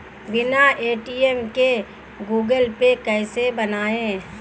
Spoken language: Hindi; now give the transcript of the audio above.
बिना ए.टी.एम के गूगल पे कैसे बनायें?